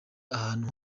ahantu